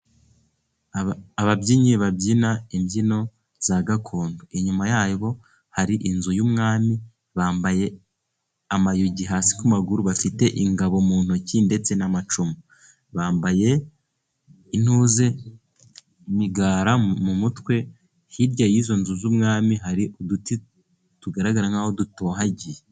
Ababyinnyi babyina imbyino za gakondo. Inyuma yabo hari inzu y'umwami. Bambaye amayugi hasi ku maguru, bafite ingabo mu ntoki ndetse n'amacumu. Bambaye intuza, imigara mu mutwe. Hirya y'izo nzu z'umwami hari uduti tugaragara nk'aho dutohagiye.